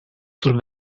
sul